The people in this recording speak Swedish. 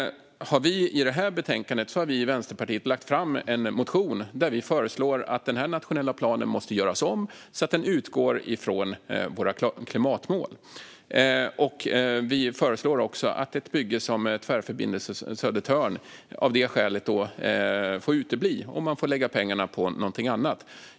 I detta betänkande behandlas en motion från oss i Vänsterpartiet, där vi föreslår att denna nationella plan måste göras om så att den utgår från våra klimatmål. Vi föreslår också att ett bygge som Tvärförbindelse Södertörn av detta skäl får utebli, och man får lägga pengarna på någonting annat.